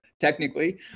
technically